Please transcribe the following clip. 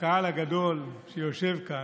לקהל הגדול שיושב כאן,